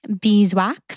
beeswax